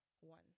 one